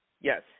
Yes